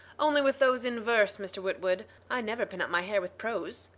only with those in verse, mr. witwoud. i never pin up my hair with prose.